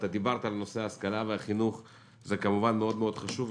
דיברת על נושא ההשכלה והחינוך שהם מאוד חשובים,